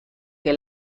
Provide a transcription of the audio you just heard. que